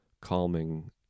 calming